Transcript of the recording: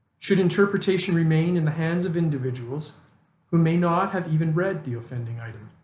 should interpretation remain in the hands of individuals who may not have even read the offending item?